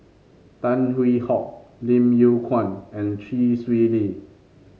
Tan Hwee Hock Lim Yew Kuan and Chee Swee Lee